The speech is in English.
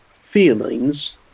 feelings